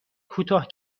کوتاه